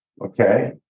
Okay